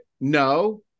No